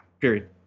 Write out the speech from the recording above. Period